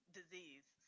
disease